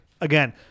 again